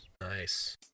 Nice